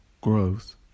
growth